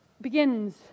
begins